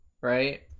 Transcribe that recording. Right